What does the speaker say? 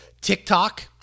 TikTok